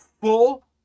full